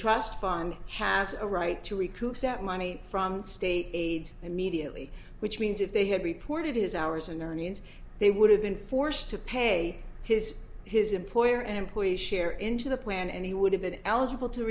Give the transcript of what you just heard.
trust fund has a right to recoup that money from state aid immediately which means if they had reported his hours and earnings they would have been forced to pay his his employer and employee share into the plan and he would have been eligible to